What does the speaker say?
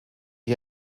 you